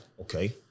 Okay